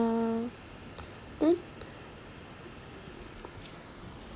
uh then